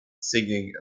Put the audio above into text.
singing